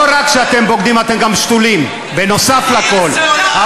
לא רק שאתם בוגדים, אתם גם שתולים נוסף על הכול.